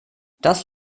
das